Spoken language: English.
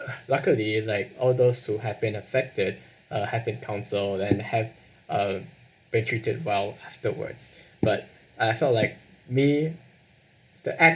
luckily like all those who have been affected uh have been counselled and have um been treated well afterwards but I felt like me the act